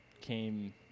came